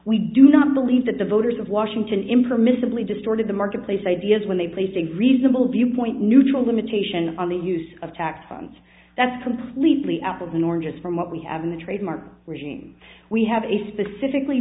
we do not believe that the voters of washington impermissibly distorted the marketplace ideas when they placing reasonable viewpoint neutral limitation on the use of tax funds that's completely apples and oranges from what we have in the trademark regime we have a specifically